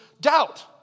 doubt